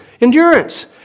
endurance